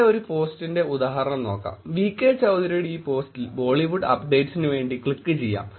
ഇവിടെ ഒരു പോസ്റ്റിന്റെ ഉദാഹരണം നോക്കാം വി കെ ചൌധരിയുടെ ഈ പോസ്റ്റിൽ ബോളിവുഡ് അപ്ഡേറ്റസിനുവേണ്ടി ക്ലിക്ക് ചെയ്യാം